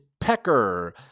Pecker